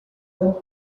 turned